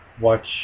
Watch